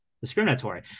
Discriminatory